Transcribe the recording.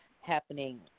happening